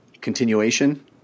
continuation